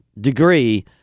degree